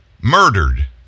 murdered